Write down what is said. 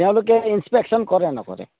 তেওঁলোকে ইনস্পেকশ্যন কৰে নকৰে